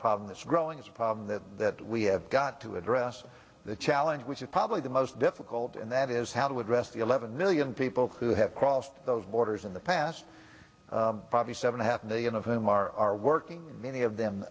problem it's growing it's a problem that that we have got to address the challenge which is probably the most difficult and that is how to address the eleven million people who have crossed the borders in the past probably seven a half million of them are working many of them